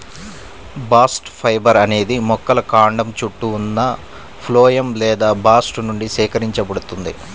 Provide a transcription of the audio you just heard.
bast fibre అనేది మొక్కల కాండం చుట్టూ ఉన్న ఫ్లోయమ్ లేదా బాస్ట్ నుండి సేకరించబడుతుంది